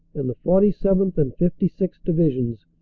and the forty seventh. and fifty sixth. divisions,